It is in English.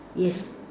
yes